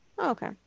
okay